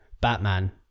Batman